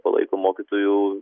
palaiko mokytojų